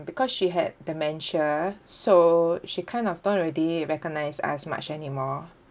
because she had dementia so she kind of don't already recognise us much anymore